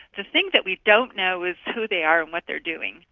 the thing that we don't know is who they are and what they are doing,